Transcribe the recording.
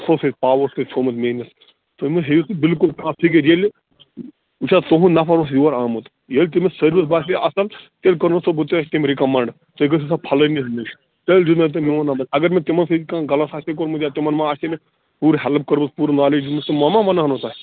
اَتھو سۭتۍ پاوَو سۭتۍ تھوٚومُت میٖنِتھ تُہۍ مہٕ ہیٚیِو بلکُل کانٛہہ فِکِر ییٚلہِ وُچھ حظ تُہُنٛد نفر اوس یور آمُت ییٚلہِ تٔمِس سٔروِس باسے اَصِٕل تیٚلہِ کوٚرنسو بہٕ تۄہہِ تٔمۍ رِکمنٛڈ تُہۍ گٔژھِو سا فلٲنس نِش تیٚلہِ دیُتنو تۄہہِ میٛون نمبر اگر مےٚ تِمن سۭتۍ کانٛہہ غلط آسَے کوٚرمُت یا تِمن ما آسَے مےٚ پوٗرٕ ہٮ۪لٕپ کوٚرمُت پوٗرٕ نالیج دِژمٕژ تِم ما ونہونو تۄہہِ